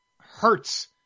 hurts